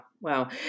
Wow